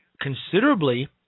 considerably